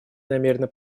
намерена